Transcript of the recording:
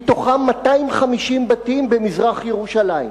מתוכם 250 בתים במזרח-ירושלים.